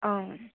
অঁ